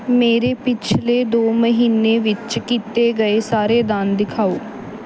ਮੇਰੇ ਪਿਛਲੇ ਦੋ ਮਹੀਨੇ ਵਿੱਚ ਕੀਤੇ ਗਏ ਸਾਰੇ ਦਾਨ ਦਿਖਾਓ